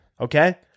Okay